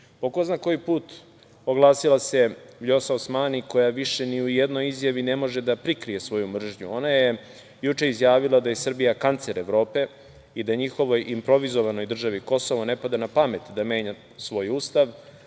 ko zna koji put oglasila se Vjosa Osmani, koja više ni u jednoj izjavi ne može da prikrije svoju mržnju. Ona je juče izjavila da je Srbija kancer Evrope i da njihovoj improvizovanoj državi Kosovo ne pada na pamet da menja svoj ustav